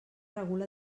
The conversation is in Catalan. regula